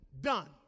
done